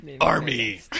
Army